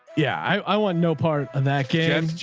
yeah. i want no part of that game.